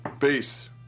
Peace